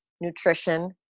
nutrition